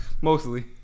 Mostly